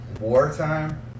wartime